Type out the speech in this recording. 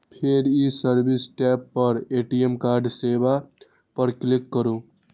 फेर ई service tab पर ए.टी.एम कार्ड सेवा पर क्लिक करू